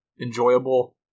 enjoyable